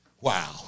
Wow